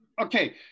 Okay